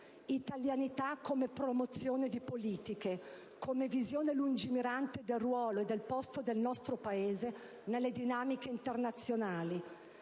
Italianità come promozione di politiche, come visione lungimirante del ruolo e del posto del nostro Paese nelle dinamiche internazionali;